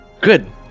Good